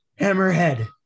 hammerhead